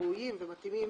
ראויים ומתאימים.